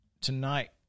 tonight